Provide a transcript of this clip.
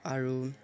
আৰু